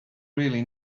really